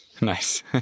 Nice